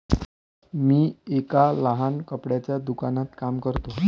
मी एका लहान कपड्याच्या दुकानात काम करतो